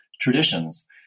traditions